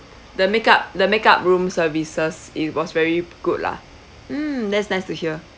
the make up the make up room services it was very good lah mm that's nice to hear